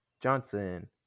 Johnson